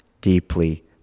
deeply